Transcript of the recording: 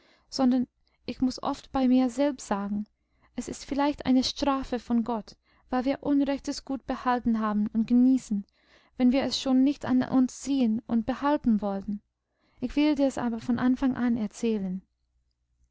sondern ich muß oft bei mir selbst sagen es ist vielleicht eine strafe von gott weil wir unrechtes gut behalten haben und genießen wenn wir es schon nicht an uns ziehen und behalten wollten ich will dir's aber von anfang an erzählen